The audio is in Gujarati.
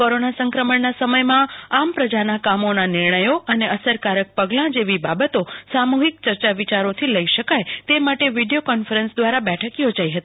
કોરોના સંક્રમણના સમયમાં આમ પ્રજાના કામોના નિર્ણયો અને અસરકારક પગલા જેવી બાબતો સામુહિક ચર્ચા વિયારોથી લઈ શકાય તે માટે વિડીયો કોન્ફરન્સ દ્રારા બેઠક યોજાઈ હતી